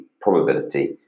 probability